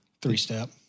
Three-step